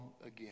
again